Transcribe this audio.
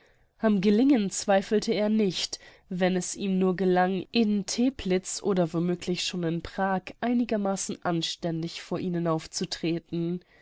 am gelingen zweifelte er nicht wenn es ihm nur gelang in teplitz oder womöglich schon in prag einigermaßen anständig vor ihnen aufzutreten